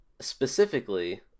specifically